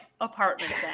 apartment